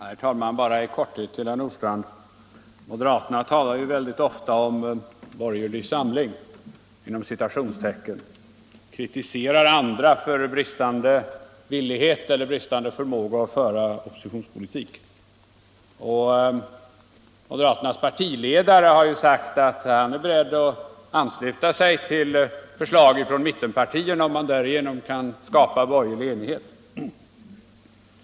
Bara några ord i korthet till herr Nordstrandh. Moderaterna talar ju mycket ofta om ”borgerlig samling” och kritiserar andra för bristande villighet eller förmåga att föra oppositionspolitik. Moderaternas partiledare har sagt att han är beredd att ansluta sig till förslag från mittenpartierna, om man därigenom kan skapa borgerlig enighet.